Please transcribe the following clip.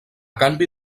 canvi